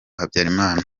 habyarimana